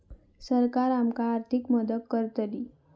सरकार आमका आर्थिक मदत करतली?